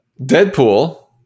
Deadpool